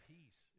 Peace